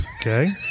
Okay